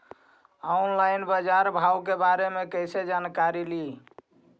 Online बाजार भाव के बारे मे कैसे जानकारी ली?